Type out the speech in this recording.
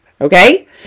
okay